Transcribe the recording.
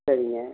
சரிங்க